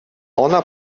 ona